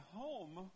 home